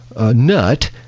nut